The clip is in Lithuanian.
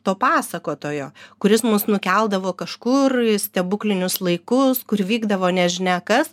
to pasakotojo kuris mus nukeldavo kažkur į stebuklinius laikus kur vykdavo nežinia kas